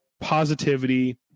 positivity